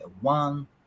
one